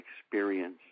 experience